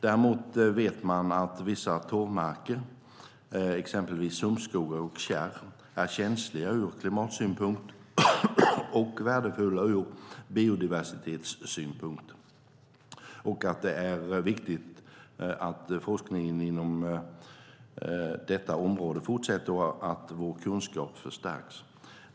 Däremot vet man att vissa torvmarker, exempelvis sumpskogar och kärr, är känsliga ur klimatsynpunkt och värdefulla ur biodiversitetssynpunkt och att det är viktigt att forskningen inom detta område fortsätter och att vår kunskap förstärks.